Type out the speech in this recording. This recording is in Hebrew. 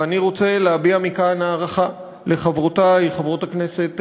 ואני רוצה להביע מכאן הערכה לחברותי חברת הכנסת חנין,